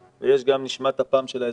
ויש גם שמירה על נשמת אפם של האזרחים.